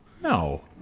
No